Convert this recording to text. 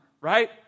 right